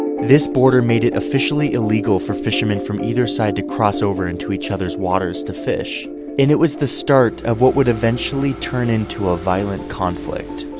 this border made it officially illegal for fishermen from either side to cross over into each other's waters to fish and it was the start of what would eventually turn into a violent conflict.